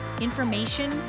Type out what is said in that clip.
information